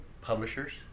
publishers